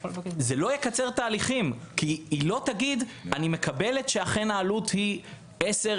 זה לא יקצר תהליכים כי היא לא תגיד אני מקבלת שאכן העלות היא 10,